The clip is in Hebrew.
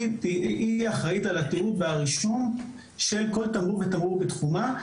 היא אחראית על התיעוד והרישום של כל תמרור ותמרור בתחומה.